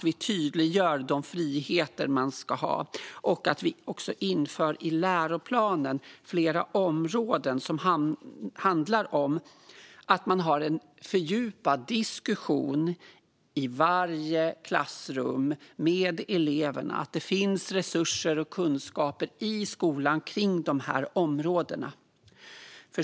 Vi tydliggör de friheter man ska ha, och vi inför också i läroplanen flera områden som handlar om att man har en fördjupad diskussion i varje klassrum med eleverna och att det finns resurser och kunskap i skolan kring de här områdena.